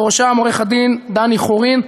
בראשם עורך-הדין דני חורין.